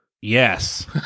Yes